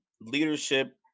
leadership